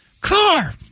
car